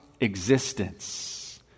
existence